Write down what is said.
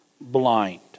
blind